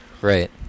Right